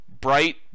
bright